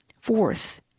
Fourth